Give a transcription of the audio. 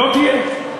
לא תהיה.